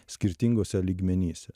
skirtinguose lygmenyse